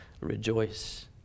rejoice